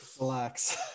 Relax